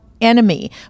enemy